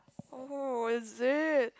oh is it